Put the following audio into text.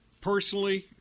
personally